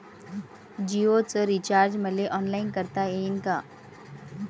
जीओच रिचार्ज मले ऑनलाईन करता येईन का?